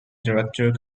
director